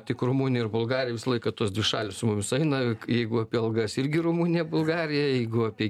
tik rumunija ir bulgarija visą laiką tos dvi šalys su mumis eina jeigu apie algas irgi rumunija bulgarija jeigu apie